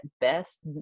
best